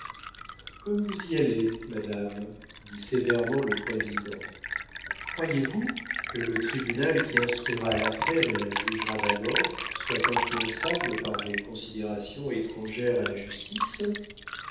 comme vous y allez madame dit sévèrement le président croyez-vous que le tribunal qui instruira l'affaire et la jugera d'abord soit influençable par des considérations étrangères à la justice